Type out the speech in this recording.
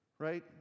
Right